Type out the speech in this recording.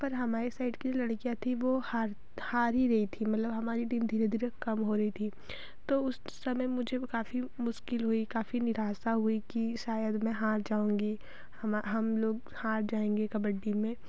पर हमारे साइड की लड़कियाँ थीं वे हार हार ही रही थीं मतलब हमारी टीम धीरे धीरे कम हो रही थी तो उस समय मुझे काफ़ी मुश्किल हुई काफ़ी निराशा हुई कि शायद मैं हार जाऊँगी हमा हम लोग हार जाएँगे कबड्डी में